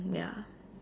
mm ya